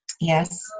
yes